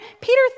Peter